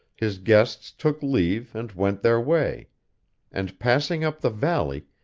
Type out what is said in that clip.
his guests took leave and went their way and passing up the valley,